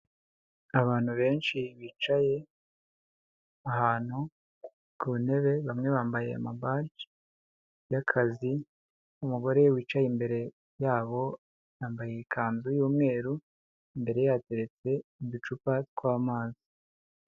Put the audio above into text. Abantu benshi bicaye ahantu ku ntebe, bamwe bambaye amabaje y'akazi, umugore wicaye imbere yabo yambaye ikanzu y'umweru, imbere ye hateretse uducupa tw'amazi.